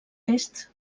tests